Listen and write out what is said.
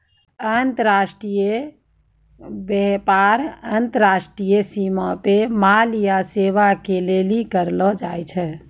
अन्तर्राष्ट्रिय व्यापार अन्तर्राष्ट्रिय सीमा पे माल या सेबा के लेली करलो जाय छै